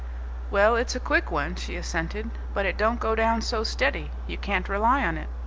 well, it's a quick one, she assented, but it don't go down so steady. you can't rely on it.